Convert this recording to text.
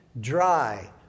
dry